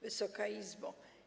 Wysoka Izbo!